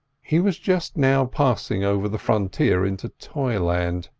he was just now passing over the frontier into toyland.